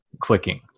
clicking